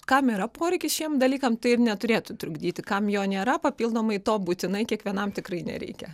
kam yra poreikis šiem dalykam tai ir neturėtų trukdyti kam jo nėra papildomai to būtinai kiekvienam tikrai nereikia